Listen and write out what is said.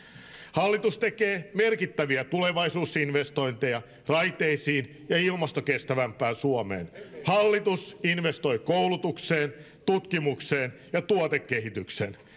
hallitus tekee merkittäviä tulevaisuusinvestointeja raiteisiin ja ilmastokestävämpään suomeen hallitus investoi koulutukseen tutkimukseen ja tuotekehitykseen